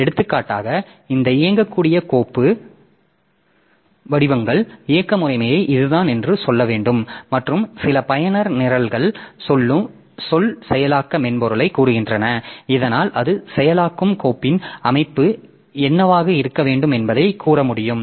எடுத்துக்காட்டாக இந்த இயங்கக்கூடிய கோப்பு வடிவங்கள் இயக்க முறைமை இதுதான் என்று சொல்ல வேண்டும் மற்றும் சில பயனர் நிரல்கள் சொல் செயலாக்க மென்பொருளைக் கூறுகின்றன இதனால் அது செயலாக்கும் கோப்பின் அமைப்பு என்னவாக இருக்க வேண்டும் என்பதைக் கூற முடியும்